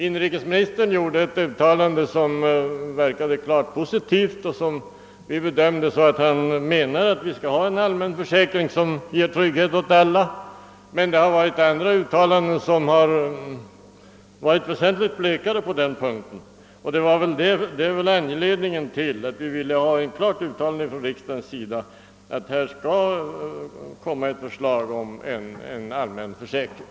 Inrikesministern gjorde ett uttalande som verkade klart positivt och som vi tolkade så, att han ansåg att vi bör ha en allmän försäkring som ger trygghet åt alla. Andra uttalanden har varit väsentligt mycket blekare på den punkten, och det är anledningen till att vi velat ha ett klart uttalande från riksdagens sida om att det skall komma ett förslag om en allmän försäkring.